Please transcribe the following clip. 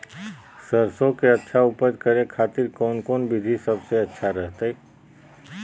सरसों के अच्छा उपज करे खातिर कौन कौन विधि सबसे अच्छा रहतय?